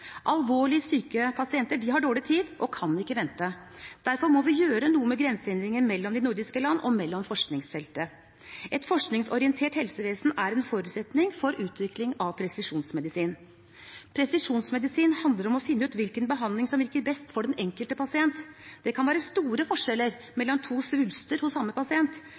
Alvorlig syke pasienter har dårlig tid og kan ikke vente. Derfor må vi gjøre noe med grensehindringene mellom de nordiske land og mellom forskningsfeltet. Et forskningsorientert helsevesen er en forutsetning for utvikling av presisjonsmedisin. Presisjonsmedisin handler om å finne ut hvilken behandling som virker best for den enkelte pasient. Det kan være store forskjeller mellom to svulster hos samme pasient.